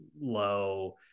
low